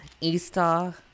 Easter